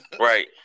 Right